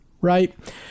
right